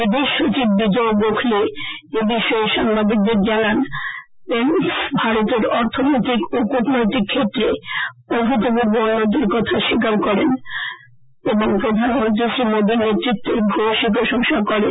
বিদেশ সচিব বিজয় গোখলে এ বিষয়ে সাংবাদিকদের জানান পেনস ভারতের অর্থনৈতিক ও কূটনৈতিক ক্ষেত্রে অভূতপূর্ব উন্নতির কথা শ্বীকার করেন এবং প্রধানমন্ত্রী শ্রীমোদীর নেতৃত্বের ভয়সী প্রশংসা করেন